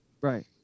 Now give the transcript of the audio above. Right